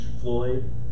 Floyd